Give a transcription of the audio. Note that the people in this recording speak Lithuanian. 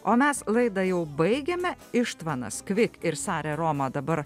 o mes laidą jau baigiame ištvanas kvik ir sare roma dabar